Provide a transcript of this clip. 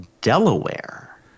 Delaware